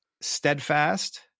Steadfast